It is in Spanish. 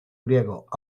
griegos